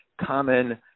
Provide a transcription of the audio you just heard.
common